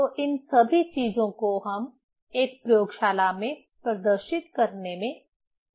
तो इन सभी चीजों को हम एक प्रयोगशाला में प्रदर्शित करने में सक्षम हैं